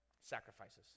sacrifices